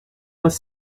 moins